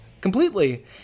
completely